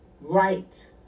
right